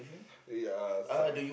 ya sa~